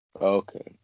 Okay